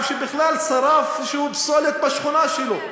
שבכלל שרף איזושהי פסולת בשכונה שלו.